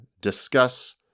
discuss